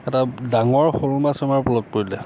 এটা ডাঙৰ শ'ল মাছ আমাৰ পলহত পৰিলে